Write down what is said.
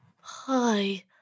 Hi